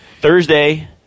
Thursday